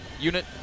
unit